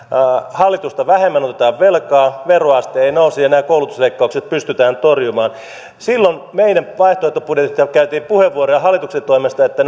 hallitusta vähemmän otetaan velkaa veroaste ei nouse ja nämä koulutusleikkaukset pystytään torjumaan silloin meidän vaihtoehtobudjetistamme käytettiin hallituksen toimesta puheenvuoroja siitä että